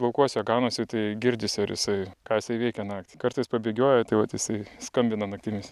laukuose ganosi tai girdisi ar jisai ką jisai veikia naktį kartais pabėgioja tai vat jisai skambina naktimis